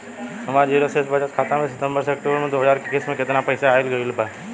हमार जीरो शेष बचत खाता में सितंबर से अक्तूबर में दो हज़ार इक्कीस में केतना पइसा आइल गइल बा?